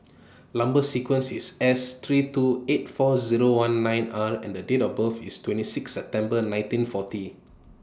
Number sequence IS S three two eight four Zero one nine R and The Date of birth IS twenty six September nineteen forty